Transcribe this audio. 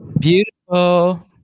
Beautiful